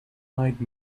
eyed